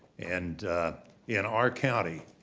and in our county,